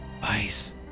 vice